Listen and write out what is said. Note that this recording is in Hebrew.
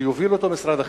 שיוביל אותו משרד החינוך,